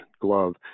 glove